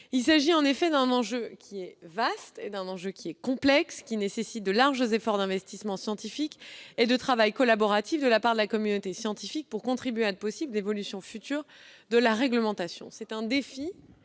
Il s'agit en effet d'un enjeu vaste et complexe, qui nécessite de larges efforts en termes d'investissement scientifique et de travail collaboratif de la part de la communauté scientifique pour contribuer à de possibles évolutions futures de la réglementation. Il s'agit d'un défi